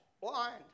blind